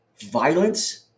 Violence